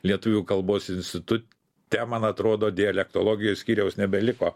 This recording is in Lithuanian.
lietuvių kalbos institute man atrodo dialektologijos skyriaus nebeliko